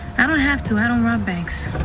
and i don't have to. i don't rob banks.